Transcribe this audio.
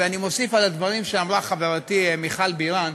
ואני מוסיף על הדברים שאמרה חברתי מיכל בירן,